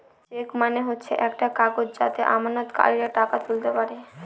check মানে হচ্ছে একটা কাগজ যাতে আমানতকারীরা টাকা তুলতে পারে